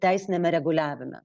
teisiniame reguliavime